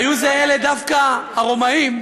היו אלה דווקא הרומאים,